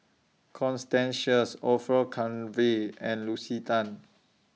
Constance Sheares Orfeur Cavenagh and Lucy Tan